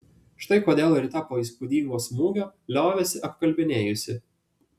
štai kodėl rita po įspūdingo smūgio liovėsi apkalbinėjusi